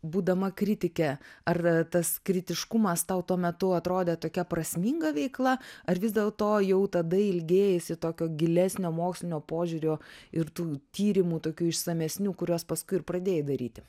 būdama kritike ar tas kritiškumas tau tuo metu atrodė tokia prasminga veikla ar vis dėlto jau tada ilgėjaisi tokio gilesnio mokslinio požiūrio ir tų tyrimų tokių išsamesnių kuriuos paskui ir pradėjai daryti